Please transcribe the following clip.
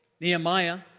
Nehemiah